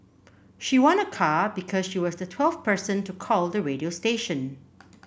she won a car because she was the twelfth person to call the radio station